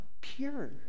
pure